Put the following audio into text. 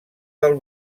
del